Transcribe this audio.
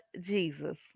Jesus